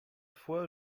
foi